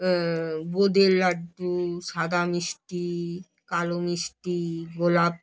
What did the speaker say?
বোঁদের লাড্ডু সাদা মিষ্টি কালো মিষ্টি গোলাপ